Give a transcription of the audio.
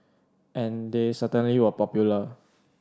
and they certainly were popular